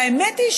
והאמת היא,